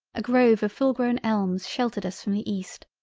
a grove of full-grown elms sheltered us from the east.